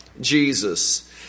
Jesus